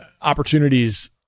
opportunities